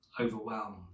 overwhelmed